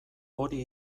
hori